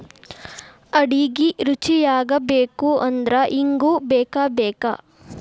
ಅಡಿಗಿ ರುಚಿಯಾಗಬೇಕು ಅಂದ್ರ ಇಂಗು ಬೇಕಬೇಕ